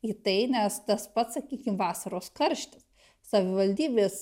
į tai nes tas pats sakykim vasaros karštis savivaldybės